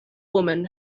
woman